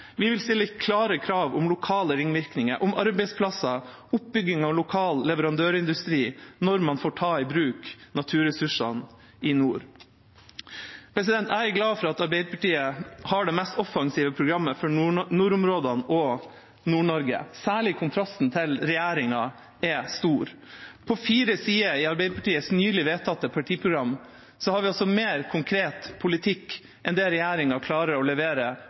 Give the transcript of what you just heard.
Vi vil stille klare krav om lokale ringvirkninger, om arbeidsplasser og oppbygging av lokal leverandørindustri når man får ta i bruk naturressursene i nord. Jeg er glad for at Arbeiderpartiet har det mest offensive programmet for nordområdene og Nord-Norge. Særlig kontrasten til regjeringa er stor. På fire sider i Arbeiderpartiets nylig vedtatte partiprogram har vi mer konkret politikk enn det regjeringa klarer å levere